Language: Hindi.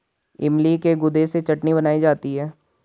इमली के गुदे से चटनी बनाई जाती है